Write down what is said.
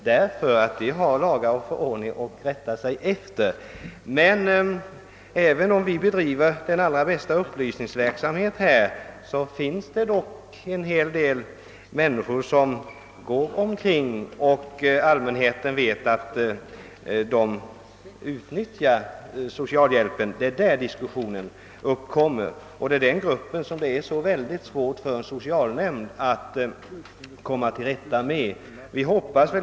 De har ju lagar och förordningar att rätta sig efter. Men även om vi bedriver den allra bästa upplysningsverksamhet på detta område finns det ändå människor som utnyttjar socialhjälpen, och det vet allmänheten. Det är därför diskussioner uppkommer. Det är också oerhört svårt för en socialnämnd att komma till rätta med den grupp det här är fråga om.